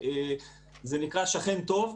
זה נקרא "שכן טוב",